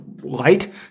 light